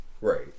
Right